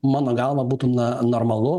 mano galva būtų na normalu